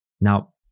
Now